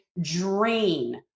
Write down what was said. drain